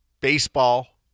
baseball